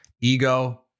Ego